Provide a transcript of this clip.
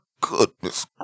goodness